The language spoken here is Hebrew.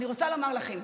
אני רוצה לומר לכם: